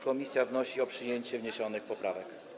Komisja wnosi o przyjęcie wniesionych poprawek.